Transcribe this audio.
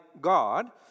God